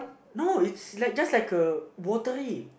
no it's just like uh watery